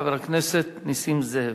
יעלה חבר הכנסת נסים זאב.